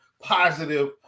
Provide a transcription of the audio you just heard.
positive